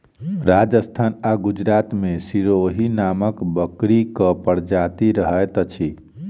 राजस्थान आ गुजरात मे सिरोही नामक बकरीक प्रजाति रहैत अछि